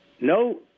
No